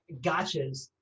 gotchas